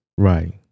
Right